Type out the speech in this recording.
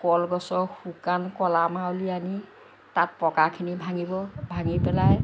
কলগছৰ শুকান কলামাল উলিয়াই আনি তাত পকাখিনি ভাঙিব ভাঙি পেলাই